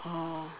oh